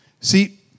See